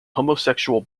homosexual